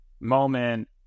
moment